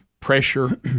Pressure